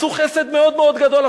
עשו חסד מאוד מאוד גדול,